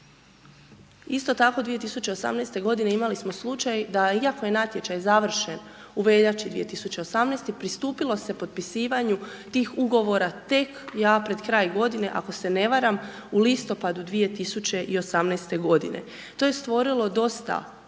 Isto tako, 2018.g. imali smo slučaj da iako je natječaj završen u veljači 2018. pristupilo se potpisivanju tih Ugovora tek, ja pred kraj godine ako se ne varam, u listopadu 2018.g. To je stvorilo dosta